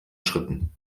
schritten